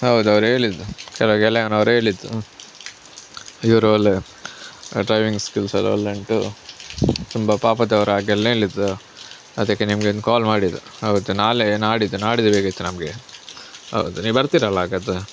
ಹೌದು ಅವ್ರು ಹೇಳಿದ್ರು ಕೆಲವು ಗೆಳೆಯನವರು ಹೇಳಿದ್ರು ಇವರು ಒಳ್ಳೆಯ ಡ್ರೈವಿಂಗ್ ಸ್ಕಿಲ್ಸ್ ಎಲ್ಲ ಒಳ್ಳೆಯ ಉಂಟು ತುಂಬ ಪಾಪದವರು ಹಾಗೆಲ್ಲ ಹೇಳಿದ್ರು ಅದಕ್ಕೆ ನಿಮಗೆ ಒಂದು ಕಾಲ್ ಮಾಡಿದ್ದು ಹೌದು ನಾಳೆ ನಾಡಿದ್ದು ನಾಡಿದ್ದು ಬೇಕಿತ್ತು ನಮಗೆ ಹೌದು ನೀವು ಬರ್ತೀರಲ್ಲ ಹಾಗಾದರೆ